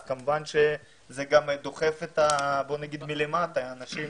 אז כמובן שזה גם דוחף מלמטה אנשים,